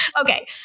Okay